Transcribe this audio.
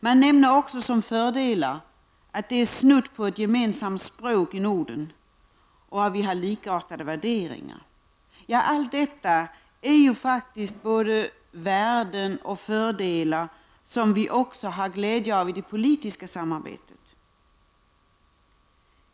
Man nämner också som fördelar att det är snudd på ett gemensamt språk i Norden och att vi har likartade värderingar. Det är värden och fördelar som vi också har glädje av i det politiska samarbetet.